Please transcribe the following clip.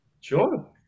Sure